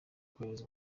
kohereza